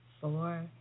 four